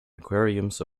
aquariums